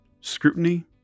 Scrutiny